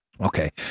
Okay